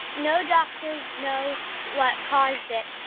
no doctors know what caused it.